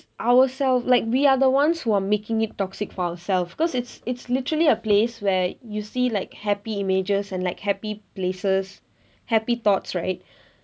ourselves like we are the ones who are making it toxic for ourselves because it's it's literally a place where you see like happy images and like happy places happy thoughts right